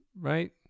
right